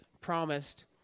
promised